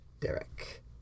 Derek